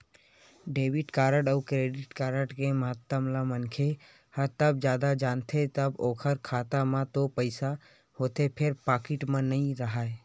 debit card अउ credit card के महत्ता ल मनखे ह तब जादा जानथे जब ओखर खाता म तो पइसा होथे फेर पाकिट म नइ राहय